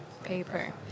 Paper